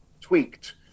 tweaked